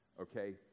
Okay